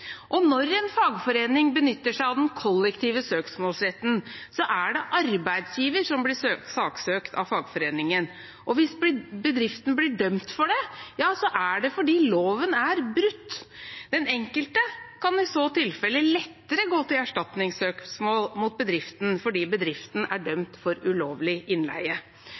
Når en fagforening benytter seg av den kollektive søksmålsretten, er det arbeidsgiveren som blir saksøkt av fagforeningen. Hvis bedriften blir dømt for det, ja, så er det fordi loven er brutt. Den enkelte kan i så tilfelle lettere gå til erstatningssøksmål mot bedriften, fordi bedriften er dømt for ulovlig innleie.